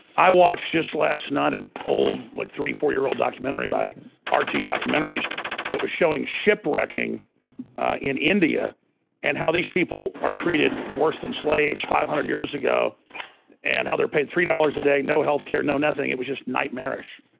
i watched just last night an old like three four year old documentary by arty documentaries that was showing ship-wrecking in india and how these people are treated worse than slaves five hundred years ago and how they're paid three dollars a day no health care. no, nothing. it was just nightmarish.